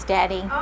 Daddy